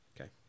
Okay